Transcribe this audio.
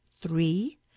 three